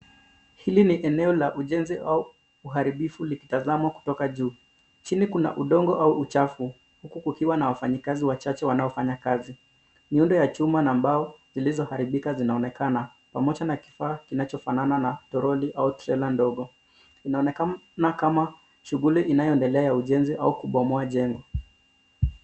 Hili ni eneo la ujenzi au uharibifu likitazamwa kutoka juu. Chini kuna udongo au uchafu, huku kukiwa na wafanyikaza wachache wanaofanya kazi. Miundo ya chuma na mbao zilizoharibika zinaonekana, pamoja na kifaa kinachofanana na toroli au trela ndogo. Inaonekana kama shughuli inayoendelea ya ujenzi au kubomoa jengo.